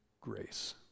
grace